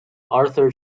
arthur